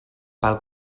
pel